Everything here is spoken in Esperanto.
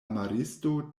maristo